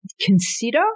consider